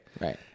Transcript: Right